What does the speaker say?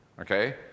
Okay